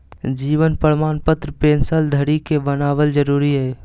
जीवन प्रमाण पत्र पेंशन धरी के बनाबल जरुरी हइ